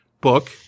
book